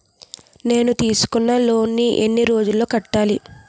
నేను తీసుకున్న లోన్ నీ ఎన్ని రోజుల్లో కట్టాలి?